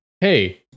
hey